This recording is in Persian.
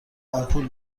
آمپول